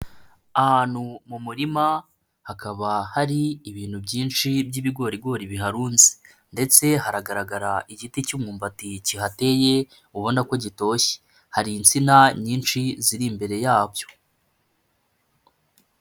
Ahantu mu murima hakaba hari ibintu byinshi by'ibigorigori biharunze ndetse haragaragara igiti cy'umumbati kihateye ubona ko gitoshye, hari insina nyinshi ziri imbere yabyo.